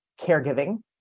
caregiving